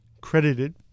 credited